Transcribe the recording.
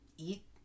eat